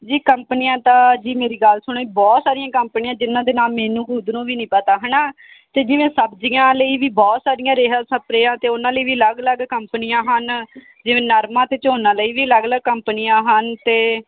ਜੀ ਕੰਪਨੀਆਂ ਤਾਂ ਜੀ ਮੇਰੀ ਗੱਲ ਸੁਣੋ ਬਹੁਤ ਸਾਰੀਆਂ ਕੰਪਨੀਆਂ ਜਿਨ੍ਹਾਂ ਦੇ ਨਾਮ ਮੈਨੂੰ ਖੁਦ ਨੂੰ ਵੀ ਨਹੀਂ ਪਤਾ ਹੈ ਨਾ ਅਤੇ ਜਿਵੇਂ ਸਬਜ਼ੀਆਂ ਲਈ ਵੀ ਬਹੁਤ ਸਾਰੀਆਂ ਰੇਹਾਂ ਸਪ੍ਰੇਆਂ ਅਤੇ ਉਹਨਾਂ ਲਈ ਵੀ ਅਲੱਗ ਅਲੱਗ ਕੰਪਨੀਆਂ ਹਨ ਜਿਵੇਂ ਨਰਮਾ ਅਤੇ ਝੋਨਾ ਲਈ ਵੀ ਅਲੱਗ ਅਲੱਗ ਕੰਪਨੀਆਂ ਹਨ ਅਤੇ